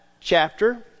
chapter